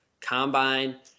combine